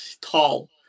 tall